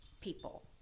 people